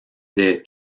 des